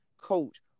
coach